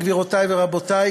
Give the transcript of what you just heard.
גבירותי ורבותי,